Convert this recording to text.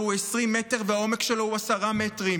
הוא 20 מטר והעומק שלו הוא עשרה מטרים.